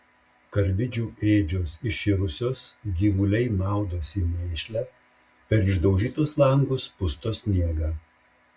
karvidžių ėdžios iširusios gyvuliai maudosi mėšle per išdaužytus langus pusto sniegą